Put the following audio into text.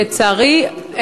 לצערי,